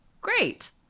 Great